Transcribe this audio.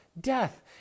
death